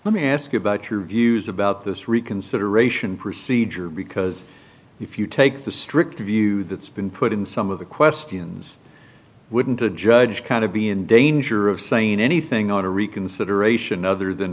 let me ask you about your views about this reconsideration procedure because if you take the strict view that's been put in some of the questions wouldn't the judge kind of be in danger of saying anything no to reconsideration other than